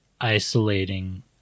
isolating